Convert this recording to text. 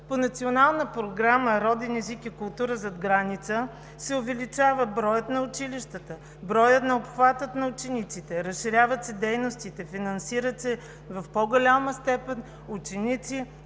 По Националната програма „Роден език и култура зад граница“ се увеличава броят на училищата, броят на обхвата на учениците, разширяват се дейностите, финансират се в по-голяма степен ученици